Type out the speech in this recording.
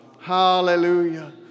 Hallelujah